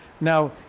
now